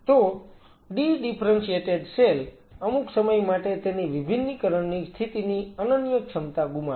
તો ડી differentiated cell અમુક સમય માટે તેની વિભિન્નીકરણ ની સ્થિતિની અનન્ય ક્ષમતા ગુમાવે છે